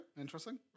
interesting